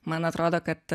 man atrodo kad